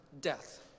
death